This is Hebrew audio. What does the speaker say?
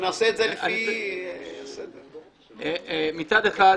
מצד אחד,